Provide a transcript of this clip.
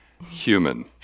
human